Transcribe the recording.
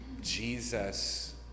Jesus